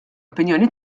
opinjoni